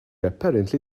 apparently